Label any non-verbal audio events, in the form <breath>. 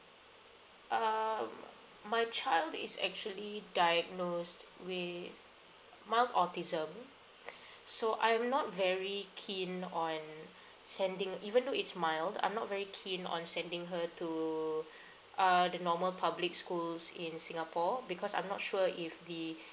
um my child is actually diagnosed with mild autism <breath> so I am not very keen on sending even though it's mild I'm not very keen on sending her to uh the normal public schools in singapore because I'm not sure if the